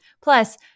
Plus